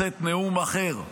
לשאת נאום אחר.